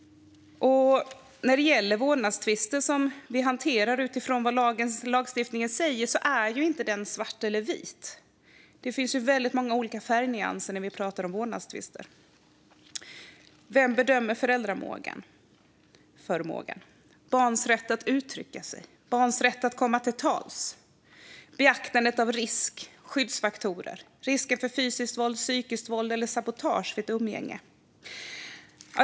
När det gäller vårdnadstvister som vi hanterar utifrån vad lagstiftningen säger är det inte svart eller vitt. Det finns väldigt många färgnyanser när vi talar om vårdnadstvister. Vem bedömer föräldraförmågan? Hur är det med barns rätt att uttrycka sig och barns rätt att komma till tals? Det handlar om beaktande av risk och skyddsfaktorer. Det gäller risken för psykiskt våld, fysiskt våld eller sabotage vid ett umgänge.